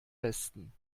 besten